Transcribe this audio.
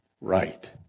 right